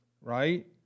right